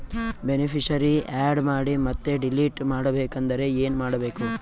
Beneficiary, add ಮಾಡಿ ಮತ್ತೆ delete ಮಾಡಬೇಕೆಂದರೆ ಏನ್ ಮಾಡಬೇಕು?